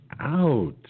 out